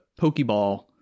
Pokeball